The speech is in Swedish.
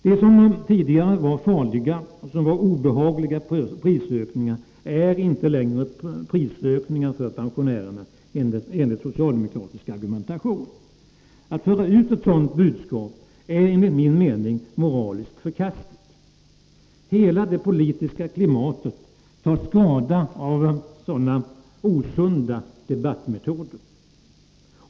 Det som tidigare var farliga och obehagliga prisökningar är inte längre prisökningar för pensionärerna, enligt socialdemokratisk argumentation. Att föra ut ett sådant budskap är enligt min mening moraliskt förkastligt. Hela det politiska klimatet tar skada av sådana osunda debattmetoder.